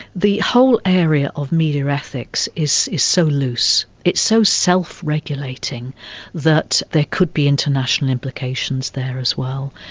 the whole area of media ethics is is so loose, it's so self-regulating that there could be international implications there as well.